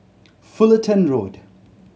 Fullerton Road